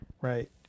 right